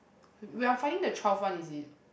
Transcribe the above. we are finding the twelve one is it